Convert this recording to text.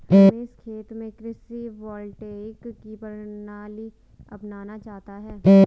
रमेश खेत में कृषि वोल्टेइक की प्रणाली अपनाना चाहता है